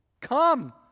Come